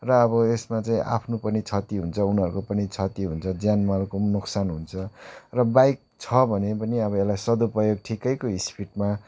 र अब यसमा चाहिँ आफ्नो पनि क्षति हुन्छ उनीहरूको पनि क्षति हुन्छ ज्यान मालको नोक्सान हुन्छ र बाइक छ भने पनि यसलाई सदुपयोग ठिकैको स्पिडमा